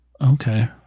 Okay